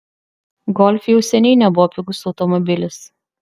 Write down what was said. golf jau seniai nebuvo pigus automobilis